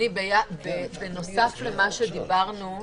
בנוסף למה שדיברנו,